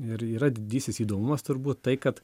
ir yra didysis įdomumas turbūt tai kad